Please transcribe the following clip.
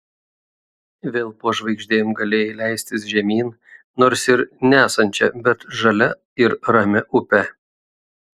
vėl po žvaigždėm galėjai leistis žemyn nors ir nesančia bet žalia ir ramia upe